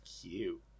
cute